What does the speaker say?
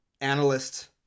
analyst